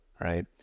right